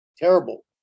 terrible